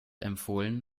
empfohlen